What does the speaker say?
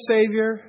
Savior